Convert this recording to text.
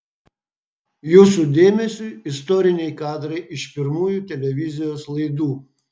jūsų dėmesiui istoriniai kadrai iš pirmųjų televizijos laidų